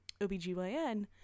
OBGYN